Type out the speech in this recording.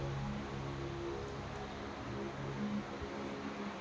ನಾನ್ ಸಾಲದ ಕಂತಿನ ರೊಕ್ಕಾನ ಹೆಚ್ಚಿಗೆನೇ ಕಟ್ಟಿದ್ರ ಬಡ್ಡಿ ರೊಕ್ಕಾ ಕಮ್ಮಿ ಆಗ್ತದಾ ಹೆಂಗ್ ಸಾರ್?